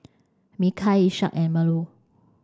Mikhail Ishak and Melur